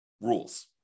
rules